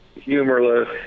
humorless